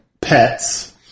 pets